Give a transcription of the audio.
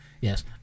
Yes